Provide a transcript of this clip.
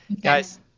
Guys